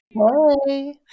Hi